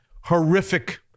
horrific